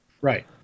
Right